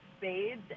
spades